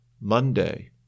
Monday